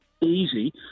easy